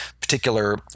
particular